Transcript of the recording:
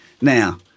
Now